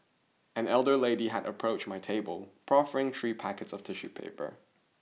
an elderly lady had approached my table proffering three packets of tissue paper